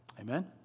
Amen